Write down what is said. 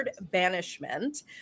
banishment